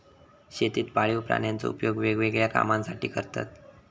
शेतीत पाळीव प्राण्यांचो उपयोग वेगवेगळ्या कामांसाठी करतत